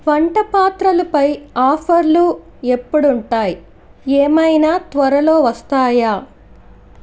వంటపాత్రలుపై ఆఫర్లు ఎప్పుడుంటాయి ఏమైనా త్వరలో వస్తాయా